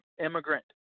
immigrant